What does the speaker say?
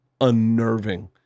unnerving